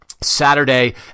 Saturday